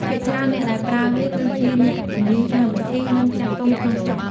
ភាគច្រើនអ្នកដែលប្រើវាគឺជា អ្នកជំនាញខាងពិធី និងចាស់ទុំក្នុងស្រុក។